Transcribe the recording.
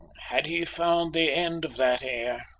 had he found the end of that air,